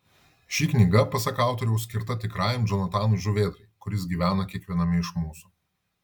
ši knyga pasak autoriaus skirta tikrajam džonatanui žuvėdrai kuris gyvena kiekviename iš mūsų